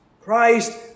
Christ